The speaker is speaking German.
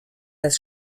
das